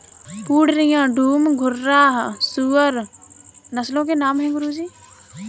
पूर्णिया, डूम, घुर्राह सूअर नस्लों के नाम है गुरु जी